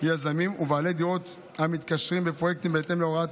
יזמים ובעלי דירות המתקשרים בפרויקטים בהתאם להוראות